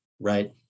right